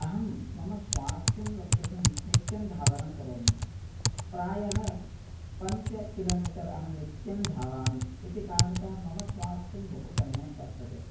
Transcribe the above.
अहं मम स्वास्थ्यं रक्षितुं नित्यं धावनं करोमि प्रायः पञ्च किलोमिटर् अहं नित्यं धावामि इति कारणतः मम स्वास्थ्यं बहु सम्यक् वर्तते